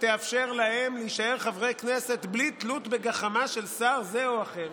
שתאפשר להם להישאר חברי כנסת בלי תלות בגחמה של שר זה או אחר.